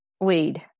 Weed